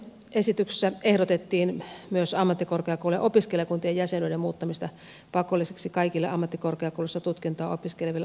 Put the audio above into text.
esityksessä ehdotettiin myös ammattikorkeakoulujen opiskelijakuntien jäsenyyden muuttamista pakolliseksi kaikille ammattikorkeakoulussa tutkintoa opiskeleville opiskelijoille